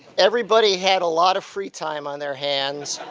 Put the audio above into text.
everybody had a lot of free time on their hands.